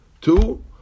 Two